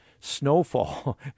snowfall